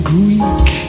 Greek